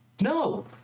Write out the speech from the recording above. No